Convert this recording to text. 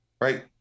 right